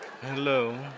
Hello